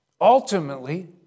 Ultimately